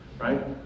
Right